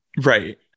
right